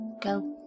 Go